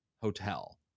hotel